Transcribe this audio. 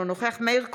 אינו נוכח מאיר כהן,